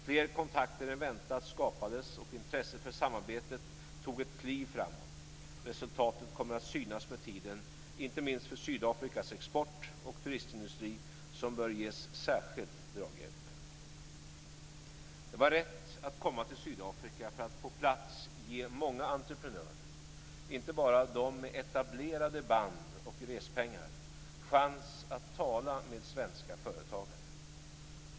Fler kontakter än väntat skapades, och intresset för samarbetet tog ett kliv framåt. Resultatet kommer att synas med tiden, inte minst för Sydafrikas export och turistindustri som bör ges särskild draghjälp. Det var rätt att komma till Sydafrika för att på plats ge många entreprenörer, inte bara dem med etablerade band och respengar, chans att tala med svenska företagare.